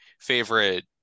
favorite